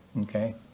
Okay